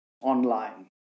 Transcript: online